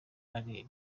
ari